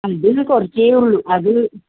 അത് തണ്ണെ കുറച്ചേ ഉള്ളു അത്